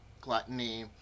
gluttony